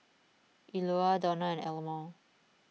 Eula Donal and Elmore